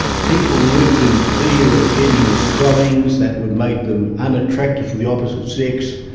people lived in fear of getting swellings that would make them unattractive to the opposite sex,